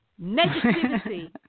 Negativity